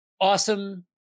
awesome